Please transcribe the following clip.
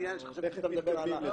אני מטעם ג'ול.